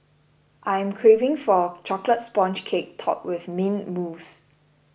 I am craving for Chocolate Sponge Cake Topped with Mint Mousse